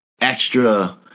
extra